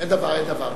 אין דבר, אין דבר.